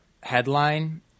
headline